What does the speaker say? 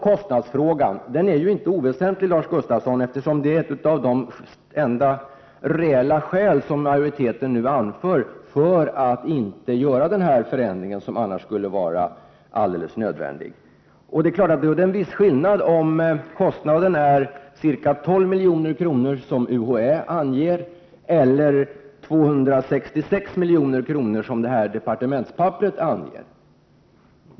Kostnadsfrågan är inte oväsentlig, Lars Gustafsson, eftersom det är det enda reella skäl som majoriteten anför för att inte göra den förändring som annars skulle ha varit alldeles nödvändig. Då är det naturligtvis en viss skillnad om kostnaden är ca 12 milj.kr., som UHÄ anger, eller 266 milj.kr., som departementspapperet anger.